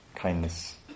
kindness